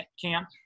camp